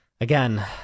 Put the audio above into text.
again